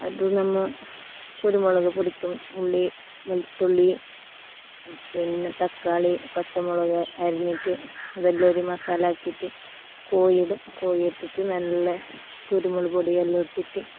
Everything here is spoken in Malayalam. അത് നമ്മൾ കുരുമുളക് പൊടിക്കും ഉള്ളി വെളുത്തുള്ളി പിന്നെ തക്കാളി പച്ചമുളക് അരിഞ്ഞിറ്റ് ഇതെല്ലാ ഒരു മസാലാക്കിറ്റ് കോഴി ഇടും കോഴി ഇട്ടിറ്റ് നല്ല കുരുമുളക് പൊടി എല്ലോം ഇട്ടിറ്റ്